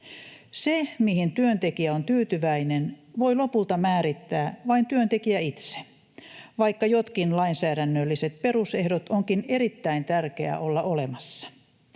Sen, mihin työntekijä on tyytyväinen, voi lopulta määrittää vain työntekijä itse, vaikka joidenkin lainsäädännöllisten perusehtojen onkin erittäin tärkeää olla olemassa.